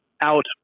out